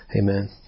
Amen